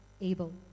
able